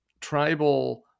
tribal